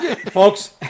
folks